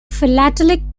philatelic